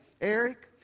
Eric